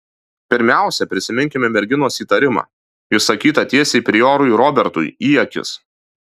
pirmiausia prisiminkime merginos įtarimą išsakytą tiesiai priorui robertui į akis